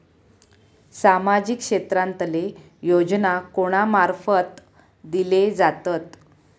सामाजिक क्षेत्रांतले योजना कोणा मार्फत दिले जातत?